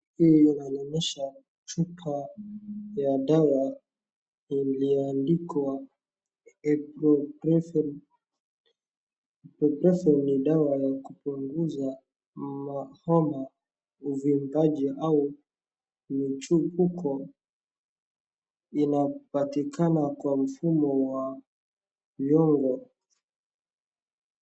Hii inanionyesha chupa ya dawa ya iliyoandikwa ibuprofen. Ibuprofen ni dawa ya kupunguza homa, uvimbanji au mchimbuko, inapatikana kwa mfumo wa viungo.